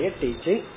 teaching